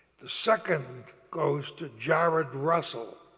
the second goes to jared russell,